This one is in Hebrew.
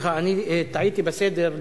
סליחה, טעיתי בסדר.